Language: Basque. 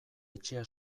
etxea